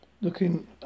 Looking